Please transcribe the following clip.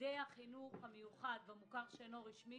ילדי החינוך המיוחד במוכר שאינו רשמי,